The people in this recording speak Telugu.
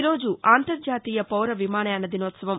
ఈరోజు అంతర్జాతీయ పౌరవిమానయాన దినోత్సవం